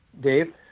Dave